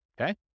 Okay